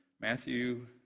Matthew